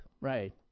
Right